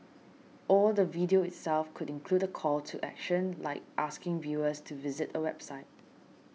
or the video itself could include a call to action like asking viewers to visit a website